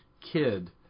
kid